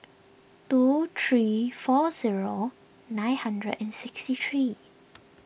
two three four zero nine hundred and sixty three